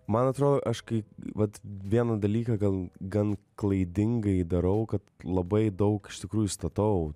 man atrodo aš kai vat vieną dalyką gal gan klaidingai darau kad labai daug iš tikrųjų statau